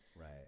Right